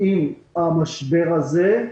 עם המשבר הזה,